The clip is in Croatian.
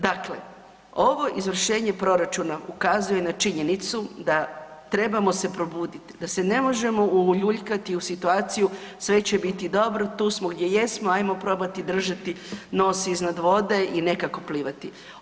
Dakle, ovo izvršenje proračuna ukazuje na činjenicu da trebamo se probuditi, da se ne možemo uljuljkati u situaciju sve će biti dobro, tu smo gdje jesmo, ajmo probati držati nos iznad vode i nekako plivati.